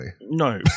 No